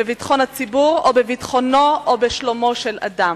בביטחון הציבור או בביטחונו או בשלומו של אדם.